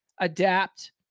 adapt